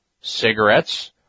cigarettes